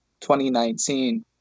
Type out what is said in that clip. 2019